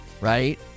right